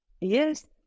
Yes